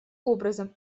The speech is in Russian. образом